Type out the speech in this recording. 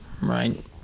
right